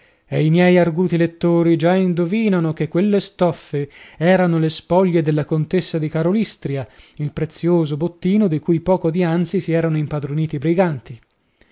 e i miei arguti lettori già indovinano che quelle stoffe erano le spoglie della contessa di karolystria il prezioso bottino di cui poco dianzi si erano impadroniti i briganti